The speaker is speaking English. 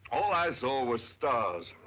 all i saw were stars.